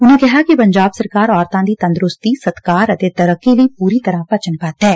ਉਨਾਂ ਕਿਹਾ ਕਿ ਪੰਜਾਬ ਸਰਕਾਰ ਔਰਤਾਂ ਦੀ ਤੰਦਰੁਸਤੀ ਸਤਿਕਾਰ ਅਤੇ ਤਰੱਕੀ ਲਈ ਪੁਰੀ ਤਰ੍ਹਾਂ ਵਚਨਬੱਧ ਐ